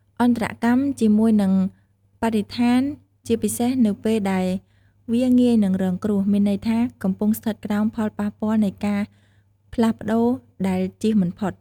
អន្តរកម្មជាមួយនឹងបរិស្ថានជាពិសេសនៅពេលដែលវាងាយនឹងរងគ្រោះ មានន័យថា កំពុងស្ថិតក្រោមផលប៉ះពាល់នៃការផ្លាស់ប្តូរដែលចៀសមិនផុត។